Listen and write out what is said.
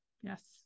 Yes